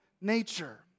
nature